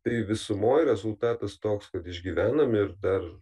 tai visumoj rezultatas toks kad išgyvenam ir dar